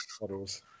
Models